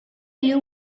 you